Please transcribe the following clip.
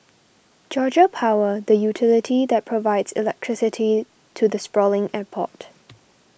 Georgia Power the utility that provides electricity to the sprawling airport